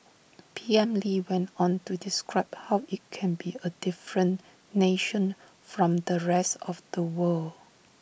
P M lee went on to describe how IT can be A different nation from the rest of the world